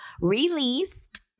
released